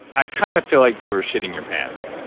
i kind of feel like you were shitting your pants.